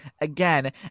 Again